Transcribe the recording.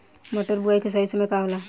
मटर बुआई के सही समय का होला?